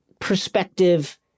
perspective